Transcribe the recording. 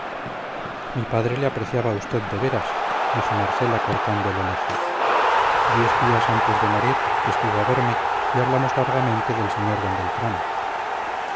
mi padre le apreciaba a usted de veras dijo marcela cortando el elogio diez días antes de morir estuvo a verme y hablamos largamente del sr d beltrán